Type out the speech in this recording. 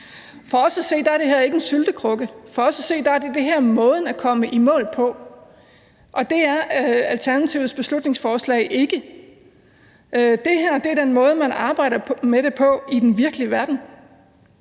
For os at se er det ikke en syltekrukke; for os at se er det her måden at komme i mål på, og det er Alternativets beslutningsforslag ikke. Det her er den måde, man arbejder med det på i den virkelige verden.